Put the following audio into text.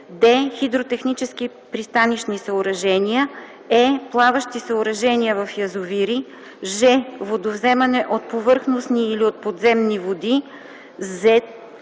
д) хидротехнически пристанищни съоръжения; е) плаващи съоръжения в язовири; ж) водовземане от повърхностни или от подземни води;